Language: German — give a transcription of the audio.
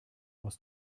aus